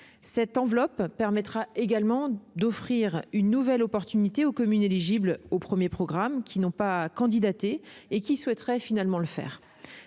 Cette enveloppe permettra également d'offrir une nouvelle occasion aux communes éligibles au premier programme qui n'ont pas candidaté et qui souhaiteraient finalement le faire.